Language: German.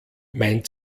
mein